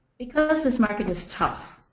because this market is tough.